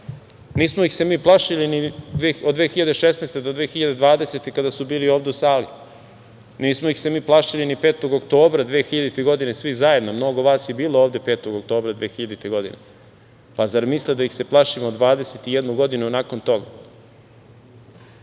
nismo ih se mi plašili ni od 2016. do 2020. godine, kada su bili ovde u sali. Nismo ih se mi plašili ni 5. oktobra 2000. godine, svi zajedno. Mnogo vas je bilo ovde 5. oktobra 2000. godine. Pa zar misle da ih se plašimo od 21 godinu nakon toga. Kada